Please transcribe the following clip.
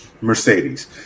Mercedes